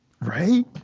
right